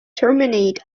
terminate